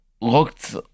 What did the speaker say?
looked